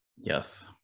Yes